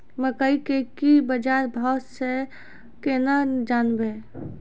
मकई के की बाजार भाव से केना जानवे?